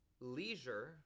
leisure